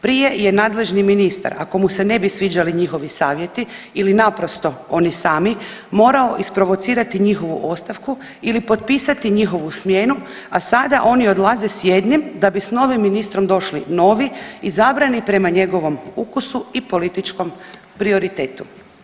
Prije je nadležni ministar ako mu se ne bi sviđali njihovi savjeti ili naprosto oni sami morao isprovocirati njihovu ostavku ili potpisati njihovu smjenu, a sada oni odlaze s jednim da bi s novim ministrom došli novi, izabrani prema njegovom ukusu i političkom prioritetu.